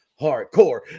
hardcore